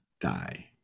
die